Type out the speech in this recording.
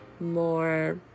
more